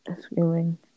screaming